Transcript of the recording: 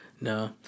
No